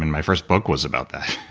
and my first book was about that,